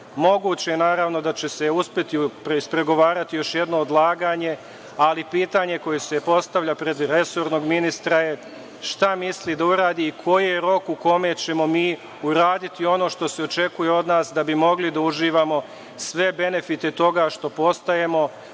Moguće je, naravno, da će se uspeti ispregovarati još jedno odlaganje, ali pitanje koje se postavlja pred resornog ministra je šta misli da uradi i koji je rok u kome ćemo mi uraditi ono što se očekuje od nas da bi mogli da uživamo sve benefite toga što postajemo